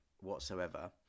whatsoever